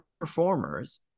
performers